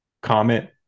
comment